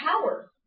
Power